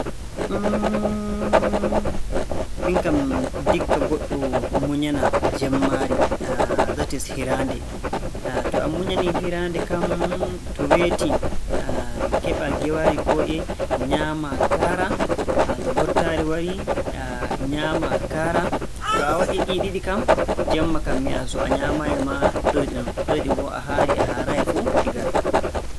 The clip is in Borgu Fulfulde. Hmn, miin kam ndikka goɗɗo munayana jemmaari, that's hiraande. To a munyanii hiraande kam, to weetii keɓaa ngewaari kooƴe, nyaamaa kaaraa. To mbottaari warii, nyaamaa kaara. To a waɗii ɗii ɗiɗi kam, jemma kam mi yi'a so nyaamaayi maa, ɗoyɗi - ɗoyɗi boo a haarii a haaraayi fuu ɗi ngaray.